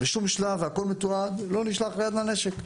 בשום שלב, והכול מתועד, לא נשלחה יד לנשק.